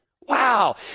Wow